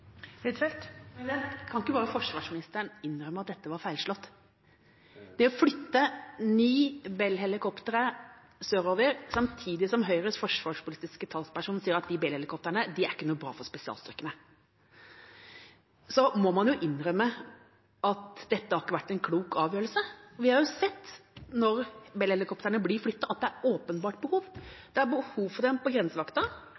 Kan ikke bare forsvarsministeren innrømme at dette var feilslått? Det å flytte ni Bell-helikoptre sørover samtidig som Høyres forsvarspolitiske talsperson sier at de Bell-helikoptrene ikke er noe bra for spesialstyrkene, må man jo innrømme ikke har vært en klok avgjørelse. Vi har sett når Bell-helikoptrene blir flyttet, at det er et åpenbart